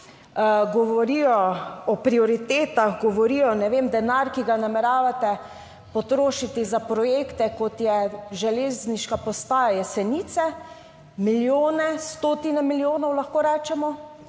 govorijo o prioritetah, govorijo, ne vem, denar, ki ga nameravate potrošiti za projekte, kot je železniška postaja Jesenice milijone, stotine milijonov lahko rečemo,